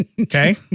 Okay